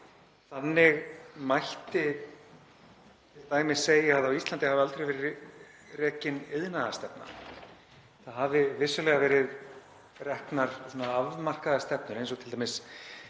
Þannig mætti t.d. segja að á Íslandi hafi aldrei verið rekin iðnaðarstefna. Það hafa vissulega verið reknar afmarkaðar stefnur, eins og t.d.